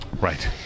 right